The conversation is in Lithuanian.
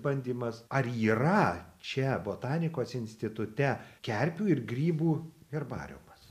bandymas ar yra čia botanikos institute kerpių ir grybų herbariumas